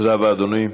תודה רבה, אדוני.